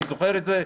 אני זוכר את זה.